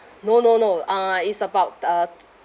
no no no uh is about uh